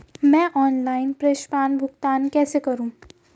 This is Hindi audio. मैं ऑनलाइन प्रेषण भुगतान कैसे करूँ?